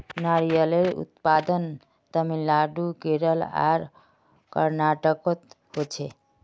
नारियलेर उत्पादन तामिलनाडू केरल आर कर्नाटकोत होछे